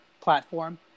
platform